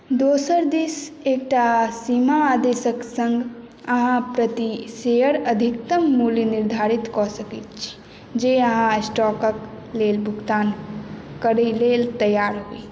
दोसर दिश एकटा सीमा आदेशक सङ्ग अहाँ प्रति शेयर अधिकतम मूल्य निर्धारित कऽ सकैत छी जे अहाँ स्टॉकक लेल भुगतान करै लेल तैयार होइ